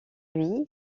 lui